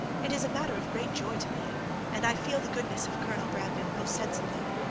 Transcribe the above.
it is a matter of great joy to me and i feel the goodness of colonel brandon most sensibly.